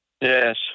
Yes